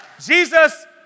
Jesus